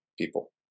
people